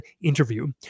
interview